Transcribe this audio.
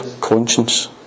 conscience